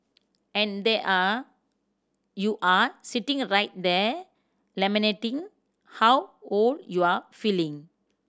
and there are you are sitting right there lamenting how old you're feeling